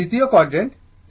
এটি দ্বিতীয় কোয়াডর্যান্ট